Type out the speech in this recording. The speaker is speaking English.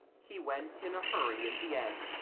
he went in a hurry in the end,